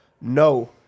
No